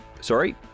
sorry